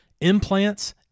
implants